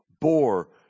bore